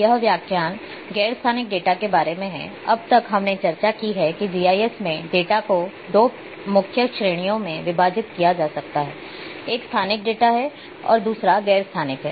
एक स्थानिक है और दूसरा गैर स्थानिक है